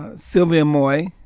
ah sylvia moy.